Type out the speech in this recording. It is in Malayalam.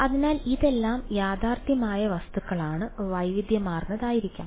അതിനാൽ ഇതെല്ലാം യാഥാർത്ഥ്യമായ വസ്തുക്കളാണ് വൈവിധ്യമാർന്നതായിരിക്കും